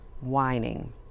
whining